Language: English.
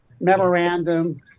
memorandum